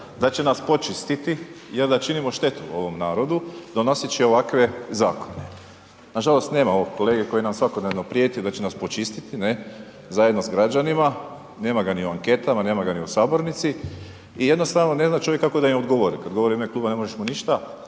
da će nas počistiti jel da činimo štetu ovom narodu donoseći ovakve zakone. Nažalost, nema ovog kolege koji nam svakodnevno prijeti da će nas počistiti, ne, zajedno s građanima, nema ga ni u anketama, nema ga ni u sabornici i jednostavno ne zna čovjek kako da im odgovori. Kad govori u ime kluba ne možeš mu ništa,